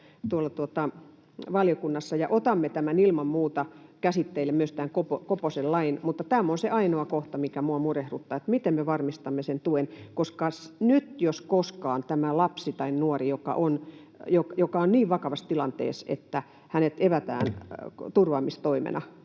tuolla valiokunnassa ja otamme ilman muuta käsitteille myös tämän Koposen lakialoitteen. Mutta tämä on se ainoa kohta, mikä minua murehduttaa, että miten me varmistamme sen tuen, koska nyt jos koskaan tämä lapsi tai nuori, joka on niin vakavassa tilanteessa, että hänet evätään turvaamistoimena,